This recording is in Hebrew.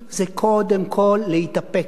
זה קודם כול להתאפק,